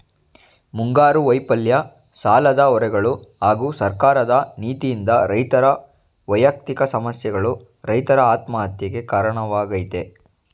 ಮುಂಗಾರು ವೈಫಲ್ಯ ಸಾಲದ ಹೊರೆಗಳು ಹಾಗೂ ಸರ್ಕಾರದ ನೀತಿಯಿಂದ ರೈತರ ವ್ಯಯಕ್ತಿಕ ಸಮಸ್ಯೆಗಳು ರೈತರ ಆತ್ಮಹತ್ಯೆಗೆ ಕಾರಣವಾಗಯ್ತೆ